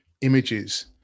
images